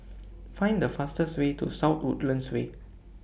Find The fastest Way to South Woodlands Way